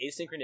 asynchronous